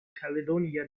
caledonia